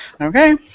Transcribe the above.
Okay